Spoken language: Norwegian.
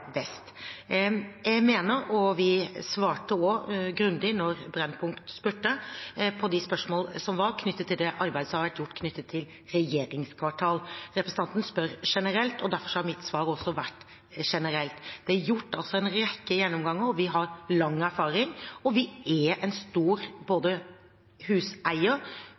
vi svarte Brennpunkt grundig på spørsmålene om det arbeidet som har vært gjort knyttet til regjeringskvartalet. Representanten spør generelt, derfor har mitt svar også vært generelt. Det er gjort en rekke gjennomganger, og vi har lang erfaring. Vi er en stor både huseier,